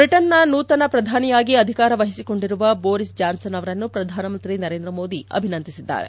ಬ್ರಿಟನ್ನ ನೂತನ ಪ್ರಧಾನಿಯಾಗಿ ಅಧಿಕಾರವಹಿಸಿಕೊಂಡಿರುವ ಬೋರಿಸ್ ಚಾನ್ಸನ್ ಅವರನ್ನು ಪ್ರಧಾನಮಂತ್ರಿ ನರೇಂದ್ರಮೋದಿ ಅಭಿನಂದಿಸಿದ್ದಾರೆ